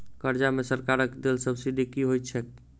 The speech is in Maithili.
कर्जा मे सरकारक देल सब्सिडी की होइत छैक?